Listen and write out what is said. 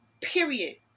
Period